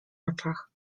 oczach